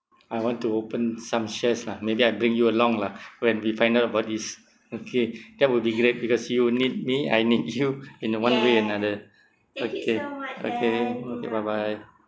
I want to open some shares lah maybe I bring you along lah when we find out about this okay that will be great because you need me I need you in a one way another okay okay okay bye bye